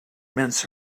mince